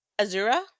Azura